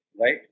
right